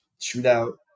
shootout